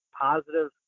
positive